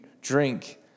drink